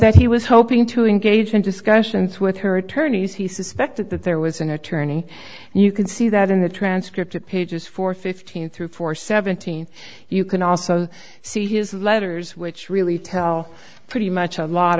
that he was hoping to engage in discussions with her attorneys he suspected that there was an attorney and you can see that in the transcript at pages four fifteen through four seventeen you can also see his letters which really tell pretty much a lot